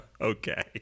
Okay